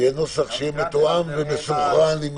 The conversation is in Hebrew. צריך שיהיה מתואם ומסונכרן.